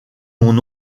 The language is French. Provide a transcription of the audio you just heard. mon